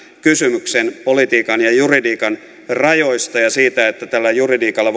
kysymyksen politiikan ja juridiikan rajoista ja siitä että tällä juridiikalla